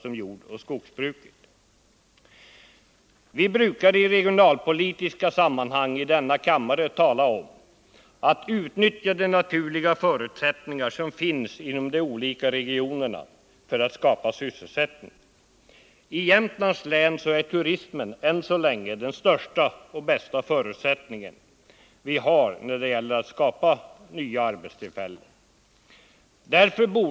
Vi brukar i denna kammare i regionalpolitiska sammanhang tala om utnyttjandet av de naturliga förutsättningar som finns inom de olika regionerna för att skapa sysselsättning. I Jämtlands län är turismen än så länge den bästa och största förutsättningen som vi har när det gäller att skapa nya arbetstillfällen.